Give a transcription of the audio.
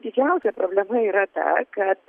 didžiausia problema yra ta kad